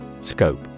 Scope